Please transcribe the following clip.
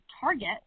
target